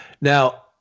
Now